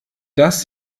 dass